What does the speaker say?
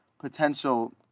potential